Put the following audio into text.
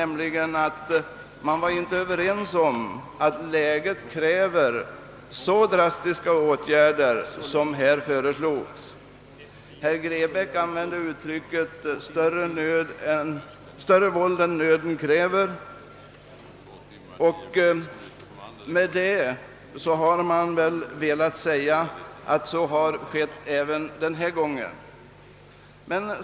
Man ansåg inte att läget krävde så drastiska åtgärder som då föreslogs. Herr Grebäck använde uttrycket »större våld än nöden kräver», och med det ville han väl karaktärisera även det förslag vi diskuterar i dag.